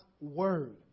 word